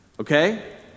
Okay